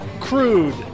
crude